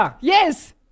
Yes